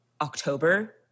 October